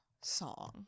song